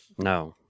No